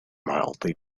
mildly